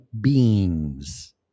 beings